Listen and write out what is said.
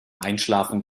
einschlafen